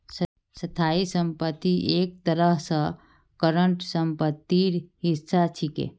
स्थाई संपत्ति एक तरह स करंट सम्पत्तिर हिस्सा छिके